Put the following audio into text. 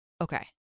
okay